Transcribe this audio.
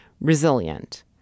resilient